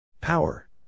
Power